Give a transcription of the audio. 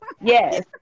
yes